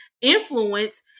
influence